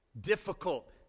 Difficult